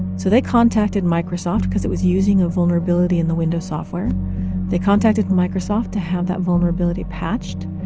so they contacted microsoft because it was using a vulnerability in the windows software they contacted microsoft to have that vulnerability patched.